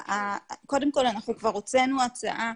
קודם כל אנחנו כבר הוצאנו הצעה